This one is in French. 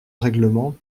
règlement